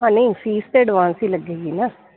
ਨਹੀਂ ਫੀਸ ਅਤੇ ਐਡਵਾਂਸ ਹੀ ਲੱਗੇਗੀ ਨਾ